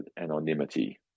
anonymity